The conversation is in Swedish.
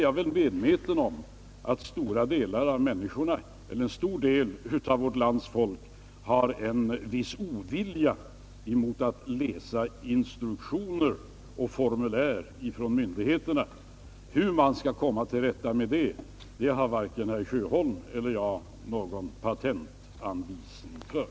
Jag är medveten om att en stor del av vårt lands folk har en viss ovilja mot att läsa instruktioner och formulär från myndigheterna. Hur man skall komma till rätta med det problemet har emellertid varken herr Sjöholm eller jag någon patentanvisning för.